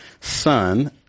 son